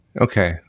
Okay